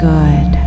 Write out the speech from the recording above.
Good